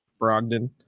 Brogdon